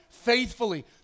faithfully